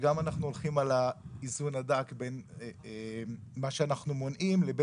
אנחנו גם הולכים על האיזון הדק בין מה שאנחנו מונעים לבין